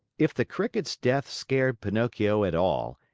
if the cricket's death scared pinocchio at all,